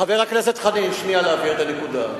חבר הכנסת חנין, שנייה, להבהיר את הנקודה: